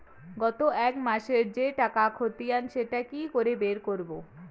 গত এক মাসের যে টাকার খতিয়ান সেটা কি করে বের করব?